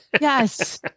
Yes